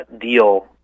deal